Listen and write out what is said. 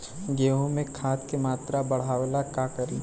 गेहूं में खाद के मात्रा बढ़ावेला का करी?